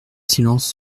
silence